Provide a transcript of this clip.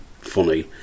funny